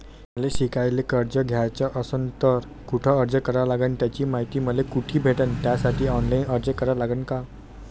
मले शिकायले कर्ज घ्याच असन तर कुठ अर्ज करा लागन त्याची मायती मले कुठी भेटन त्यासाठी ऑनलाईन अर्ज करा लागन का?